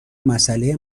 مساله